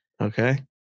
Okay